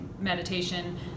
meditation